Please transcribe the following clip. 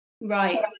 Right